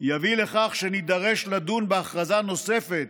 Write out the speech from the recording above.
יביא לכך שנידרש לדון בהכרזה נוספת